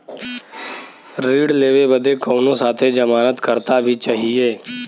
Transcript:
ऋण लेवे बदे कउनो साथे जमानत करता भी चहिए?